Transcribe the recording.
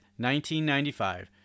1995